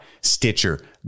Stitcher